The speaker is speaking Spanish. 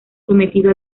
sometido